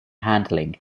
handling